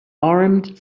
armed